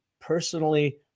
personally